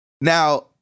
Now